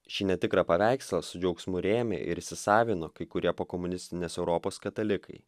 šį netikrą paveikslą su džiaugsmu rėmė ir įsisavino kai kurie pokomunistinės europos katalikai